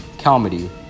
comedy